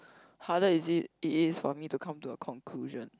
harder is it it is for me to come to a conclusion